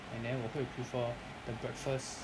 and then 我会 prefer the breakfast